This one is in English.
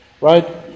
Right